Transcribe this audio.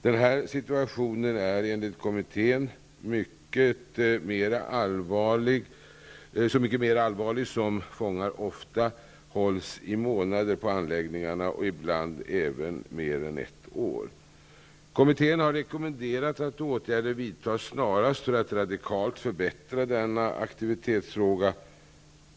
Den här situationen är, enligt kommittén, så mycket mera allvarlig som fångar ofta hålls häktade i månader på anläggningarna -- ibland även mer än ett år. Kommittén har rekommenderat att åtgärder vidtas snarast för att radikalt förbättra denna aktivitetsfråga.